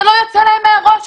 זה לא יוצא להם מהראש.